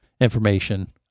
information